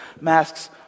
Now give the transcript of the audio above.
masks